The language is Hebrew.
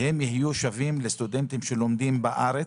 יהיו שווים לסטודנטים שלומדים בארץ,